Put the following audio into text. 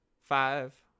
five